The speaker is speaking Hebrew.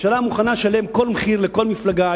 הממשלה מוכנה לשלם כל מחיר לכל מפלגה,